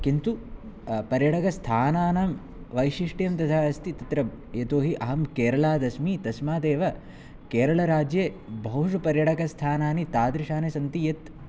किन्तु पर्यटकस्थानानां वैशिष्ट्यं तथा अस्ति तत्र यतोहि अहं केरलात् अस्मि तस्मादेव केरलराज्ये बहूषु पर्यटकस्थानानि तादृशानि सन्ति यत्